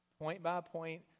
point-by-point